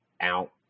out